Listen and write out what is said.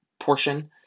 portion